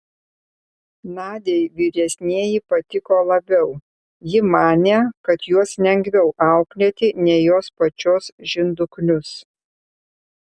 nadiai vyresnieji patiko labiau ji manė kad juos lengviau auklėti nei jos pačios žinduklius